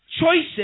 choices